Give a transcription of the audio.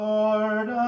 Lord